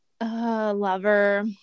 lover